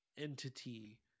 entity